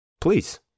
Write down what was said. please